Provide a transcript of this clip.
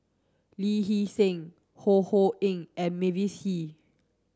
Lee Hee Seng Ho Ho Ying and Mavis Hee